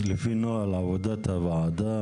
אז לפי נוהל עבודת הוועדה,